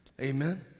Amen